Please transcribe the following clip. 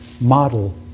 model